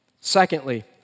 Secondly